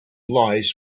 lies